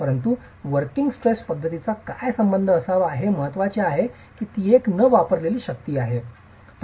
परंतु working stress पद्धतीचा संबंध काय असावा हे महत्त्वाचे आहे की ती एक न वापरलेली शक्ती आहे